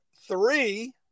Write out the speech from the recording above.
three